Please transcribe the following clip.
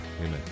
Amen